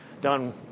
done